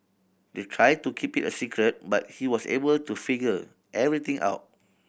they tried to keep it a secret but he was able to figure everything out